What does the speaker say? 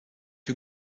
you